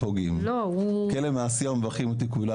כלא מעשיהו מברכים אותי כולם,